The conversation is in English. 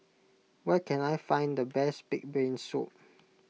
where can I find the best Pig's Brain Soup